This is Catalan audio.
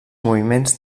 moviments